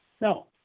No